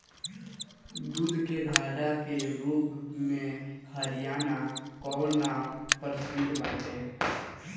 दूध के घड़ा के रूप में हरियाणा कअ नाम प्रसिद्ध बाटे